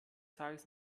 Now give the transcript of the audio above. tages